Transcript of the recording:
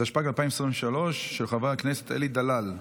התשפ"ג 2023, של חבר הכנסת אלי דלאל.